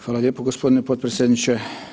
Hvala lijepo gospodine potpredsjedniče.